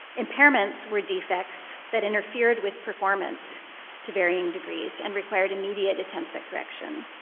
impairments were defects that interfered with performance to varying degrees and required immediate attempts at correction.